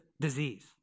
disease